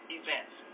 events